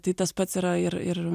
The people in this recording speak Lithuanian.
tai tas pats yra ir ir